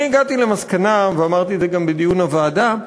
אני הגעתי למסקנה, ואמרתי את זה גם בדיון הוועדה,